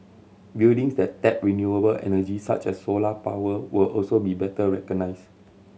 buildings that tap renewable energy such as solar power will also be better recognised